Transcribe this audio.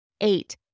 Eight